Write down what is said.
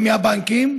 מהבנקים.